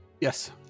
Yes